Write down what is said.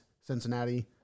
Cincinnati